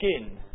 skin